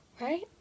right